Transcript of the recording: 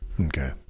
Okay